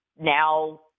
now